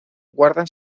guardan